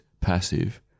passive